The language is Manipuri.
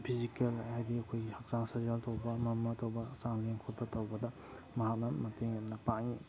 ꯐꯤꯖꯤꯀꯦꯜ ꯍꯥꯏꯗꯤ ꯑꯩꯈꯣꯏꯒꯤ ꯍꯛꯆꯥꯡ ꯁꯥꯖꯦꯜ ꯇꯧꯕ ꯑꯃ ꯑꯃ ꯇꯧꯕ ꯍꯛꯆꯥꯡ ꯂꯦꯡ ꯈꯣꯠꯄ ꯇꯧꯕꯗ ꯃꯍꯥꯛꯅ ꯃꯇꯦꯡ ꯌꯥꯝꯅ ꯄꯥꯡꯏ